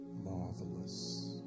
marvelous